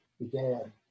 began